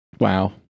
Wow